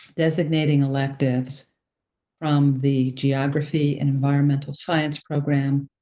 designating electives from the geography and environmental science program.